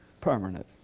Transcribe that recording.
permanent